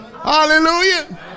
Hallelujah